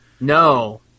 No